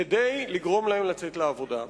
כדי לגרום להם לצאת לעבודה.